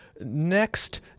next